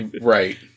Right